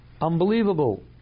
Unbelievable